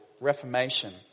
Reformation